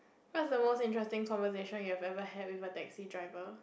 what's the most interesting conversation you ever had with a taxi driver